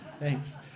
Thanks